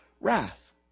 wrath